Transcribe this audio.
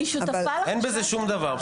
אין בזה שום דבר.